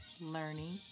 learning